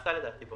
לדעתי זה נעשה.